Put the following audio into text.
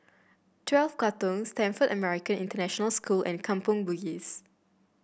Twelve Katong Stamford American International School and Kampong Bugis